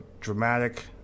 dramatic